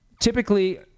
Typically